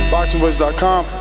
Boxingboys.com